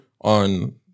on